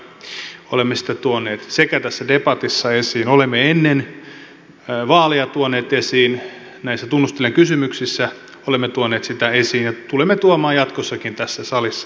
olemme sitä tuoneet tässä debatissa esiin olemme ennen vaaleja tuoneet esiin tunnustelijan kysymyksissä olemme tuoneet sitä esiin ja tulemme tuomaan jatkossakin tässä salissa sitä esiin